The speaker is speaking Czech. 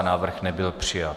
Návrh nebyl přijat.